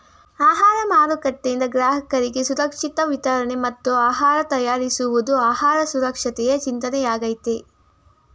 ಆಹಾರ ಮಾರುಕಟ್ಟೆಯಿಂದ ಗ್ರಾಹಕರಿಗೆ ಸುರಕ್ಷಿತ ವಿತರಣೆ ಮತ್ತು ಆಹಾರ ತಯಾರಿಸುವುದು ಆಹಾರ ಸುರಕ್ಷತೆಯ ಚಿಂತನೆಯಾಗಯ್ತೆ